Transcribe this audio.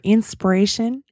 Inspiration